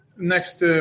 next